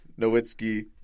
Nowitzki